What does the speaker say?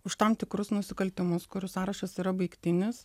už tam tikrus nusikaltimus kurių sąrašas yra baigtinis